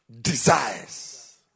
desires